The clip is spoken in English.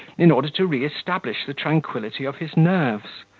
in order to re-establish the tranquility of his nerves.